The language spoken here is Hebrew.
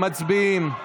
מצביעים.